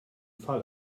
fall